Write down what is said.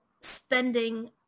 spending